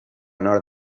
nord